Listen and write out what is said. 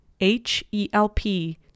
H-E-L-P